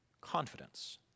confidence